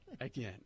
Again